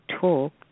talk